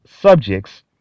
subjects